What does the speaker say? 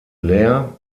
leer